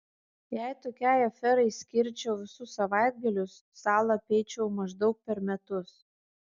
jei tokiai aferai skirčiau visus savaitgalius salą apeičiau maždaug per metus